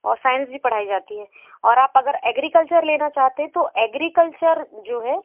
और साइंस भी पढ़ाई जाती है और आप अगर एग्रीकल्चर लेना चाहते हैं तो एग्रीकल्चर जो है